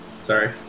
sorry